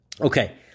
Okay